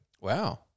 Wow